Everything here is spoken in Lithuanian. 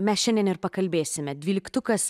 mes šiandien ir pakalbėsime dvyliktukas